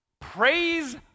Praise